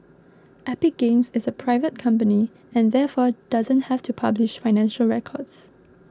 Epic Games is a private company and therefore doesn't have to publish financial records